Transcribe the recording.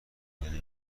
دیده